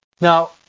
Now